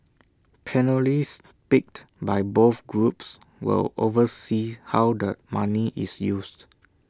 panellists picked by both groups will oversee how the money is used